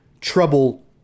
trouble